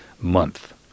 month